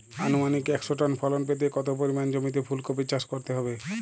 আনুমানিক একশো টন ফলন পেতে কত পরিমাণ জমিতে ফুলকপির চাষ করতে হবে?